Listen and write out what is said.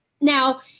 now